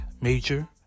major